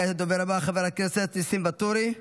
כעת הדובר הבא, חבר הכנסת ניסים ואטורי,